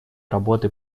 работы